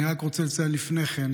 אני רק רוצה לציין לפני כן,